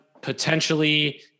potentially